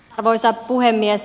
arvoisa puhemies